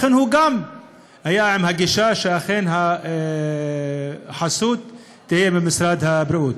שהוא גם היה בגישה שהחסות תהיה משרד הבריאות.